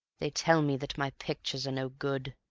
they tell me that my pictures are no good,